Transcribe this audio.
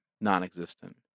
non-existent